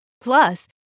Plus